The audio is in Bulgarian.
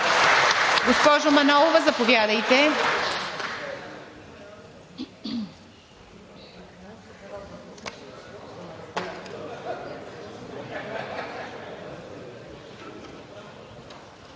Госпожо Манолова, заповядайте.